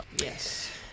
Yes